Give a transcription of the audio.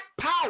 power